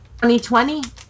2020